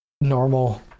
normal